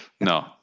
No